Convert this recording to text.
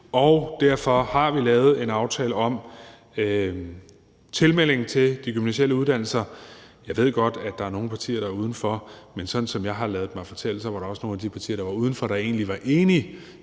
Derfor har vi lavet en aftale om tilmeldingen til de gymnasiale uddannelser. Jeg ved godt, at der er nogle partier, der er udenfor, men sådan som jeg har ladet mig fortælle, var der også nogle af de partier, der er udenfor, der egentlig var enige